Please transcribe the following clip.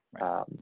right